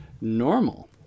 normal